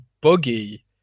buggy